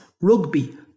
rugby